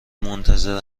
منتظر